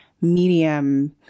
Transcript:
medium